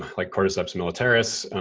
like cordyceps militaris,